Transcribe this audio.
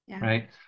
right